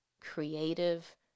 creative